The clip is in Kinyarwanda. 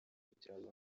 kugirango